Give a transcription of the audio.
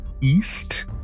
east